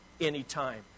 anytime